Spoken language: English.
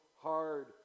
hard